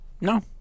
No